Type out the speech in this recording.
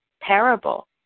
parable